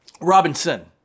Robinson